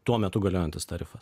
tuo metu galiojantis tarifas